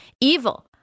evil